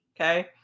okay